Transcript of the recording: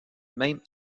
même